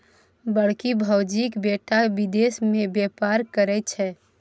बड़की भौजीक बेटा विदेश मे बेपार करय छै